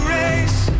race